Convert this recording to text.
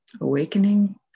awakening